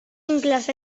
inclòs